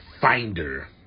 finder